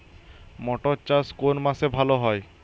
মটর চাষ কোন মাসে ভালো হয়?